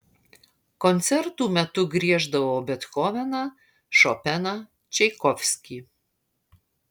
koncertų metu grieždavau bethoveną šopeną čaikovskį